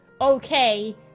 okay